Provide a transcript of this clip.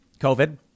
COVID